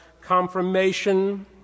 confirmation